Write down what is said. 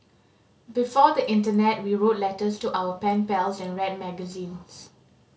before the internet we wrote letters to our pen pals and read magazines